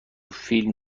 فیلم